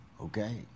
okay